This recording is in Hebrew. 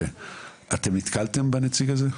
אתם נתקלתם בנציג הזה?